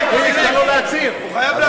תן לו להציג, הוא חייב להציג.